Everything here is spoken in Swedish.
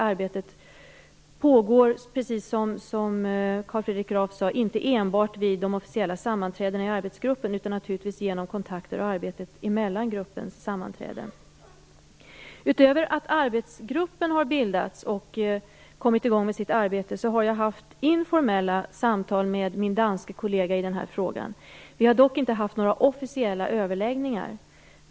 Arbetet pågår, precis som Carl Fredrik Graf sade, inte enbart vid de officiella sammanträdena i arbetsgruppen utan naturligtvis också genom kontakter och arbete mellan gruppens sammanträden. Utöver att arbetsgruppen har bildats och kommit i gång med sitt arbete har jag haft informella samtal med min danske kollega i den här frågan. Vi har dock inte haft några officiella överläggningar.